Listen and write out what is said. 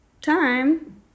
time